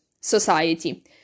society